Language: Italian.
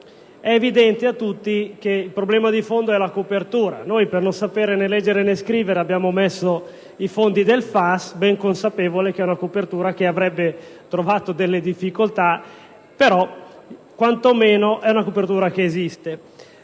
È evidente a tutti che il problema di fondo è la copertura. Per non sapere né leggere né scrivere, abbiamo messo i fondi del FAS, ben consapevoli che tale copertura avrebbe trovato delle difficoltà, ma quanto meno esiste.